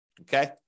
okay